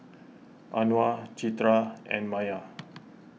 Anuar Citra and Maya